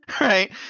Right